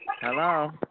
Hello